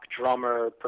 drummer